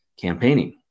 campaigning